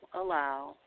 Allow